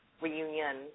Reunion